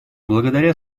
благодаря